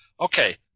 Okay